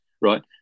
right